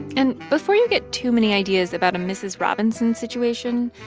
and before you get too many ideas about a mrs. robinson situation,